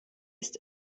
ist